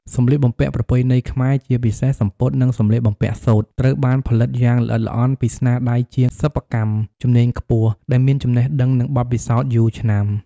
សម្លៀកបំពាក់ប្រពៃណីខ្មែរ ជាពិសេសសំពត់ និងសម្លៀកបំពាក់សូត្រ ត្រូវបានផលិតយ៉ាងល្អិតល្អន់ពីស្នាដៃជាងសិប្បកម្មជំនាញខ្ពស់ ដែលមានចំណេះដឹង និងបទពិសោធន៍យូរឆ្នាំ។